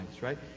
right